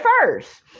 first